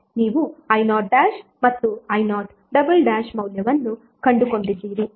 ನೀವು i0 ಮತ್ತು i0 ಮೌಲ್ಯವನ್ನು ಕಂಡುಕೊಂಡಿದ್ದೀರಿ